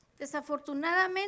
Desafortunadamente